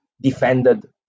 defended